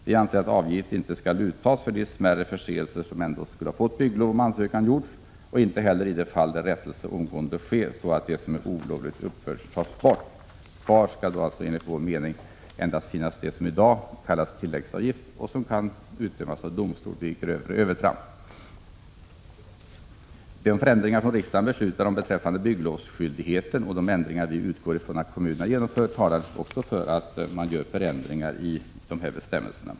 Vi anser att avgift inte skall uttas när det gäller de smärre förseelser som ändå inte skulle ha hindrat utfärdande av bygglov, om ansökan gjorts. Inte heller bör man ta ut avgift i det fall då rättelse sker utan dröjsmål, så att det som olovligt förts upp tas bort. Kvar skall, enligt vår åsikt, finnas endast det som i dag kallas tilläggsavgift och som kan utdömas av domstol vid grövre övertramp. De förändringar som riksdagen beslutar om beträffande bygglovsskyldigheten och de ändringar som vi utgår ifrån att kommunerna genomför talar också för att man ändrar bestämmelserna.